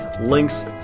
links